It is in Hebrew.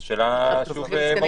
זו שאלה מהותית.